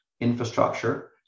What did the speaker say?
infrastructure